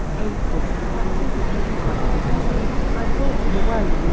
oh, dick if that isn't just like you! but i i've thought of a way.